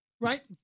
Right